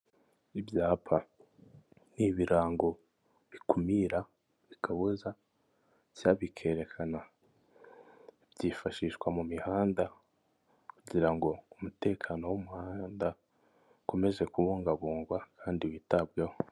Ibyapa, ni ibirango bikumira, bikabuza, cyangwa bikerekana byifashishwa mu mihanda, kugira ngo umutekano w'umuhanda, ukomeze kubungabungwa kandi witabweho.